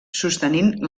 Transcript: sostenint